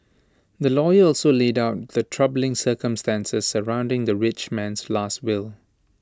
the lawyer also laid out the troubling circumstances surrounding the rich man's Last Will